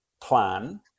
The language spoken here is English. plan